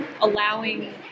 allowing